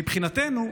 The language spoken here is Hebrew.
שמבחינתנו,